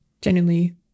genuinely